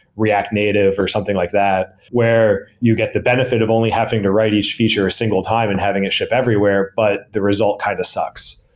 react native or something like that? where you get the benefit of only having to write each feature a single time and having it ship everywhere, but the result kind of sucks.